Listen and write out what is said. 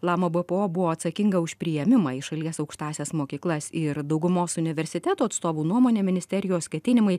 lama bpo buvo atsakinga už priėmimą į šalies aukštąsias mokyklas ir daugumos universitetų atstovų nuomone ministerijos ketinimai